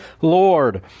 Lord